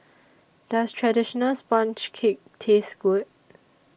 Does Traditional Sponge Cake Taste Good